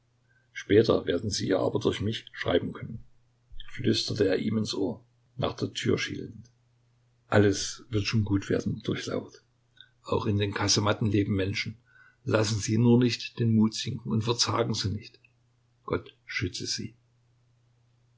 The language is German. später werden sie ihr aber durch mich schreiben können flüsterte er ihm ins ohr nach der tür schielend alles wird schon gut werden durchlaucht auch in den kasematten leben menschen lassen sie nur nicht den mut sinken und verzagen sie nicht gott schütze sie